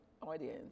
audience